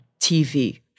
TV